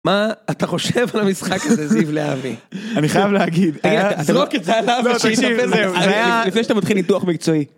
מה אתה חושב על המשחק הזה זיבלי אבי? אני חייב להגיד. תגיד, אתה זרוק את זה עליו ושאיתו פזם. לפני שאתה מתחיל ניתוח מקצועי.